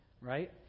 right